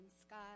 scott